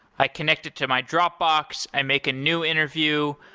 i connect it to my dropbox, i make a new interview.